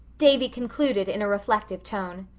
davy concluded in a reflective tone.